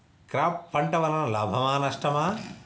Cross పంట వలన లాభమా నష్టమా?